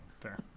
fair